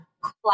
class